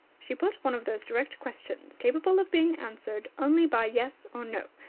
she put one of those direct questions, capable of being answered only by yes or no,